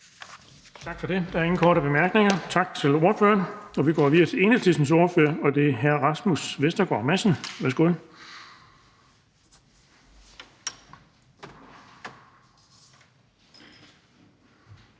Bonnesen): Der er ingen korte bemærkninger. Tak til ordføreren. Vi går videre til Enhedslistens ordfører, og det er hr. Rasmus Vestergaard Madsen. Værsgo.